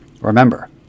remember